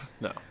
No